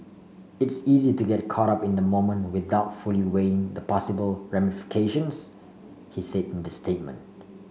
it's easy to get caught up in the moment without fully weighing the possible ramifications he said in the statement